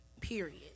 period